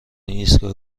ایستگاه